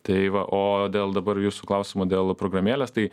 tai va o dėl dabar jūsų klausimo dėl programėlės tai